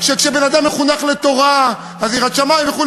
אני יודע שכשבן-אדם מוכן לתורה אז יראת שמים וכו'.